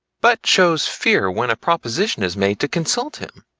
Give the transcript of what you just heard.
but shows fear when a proposition is made to consult him.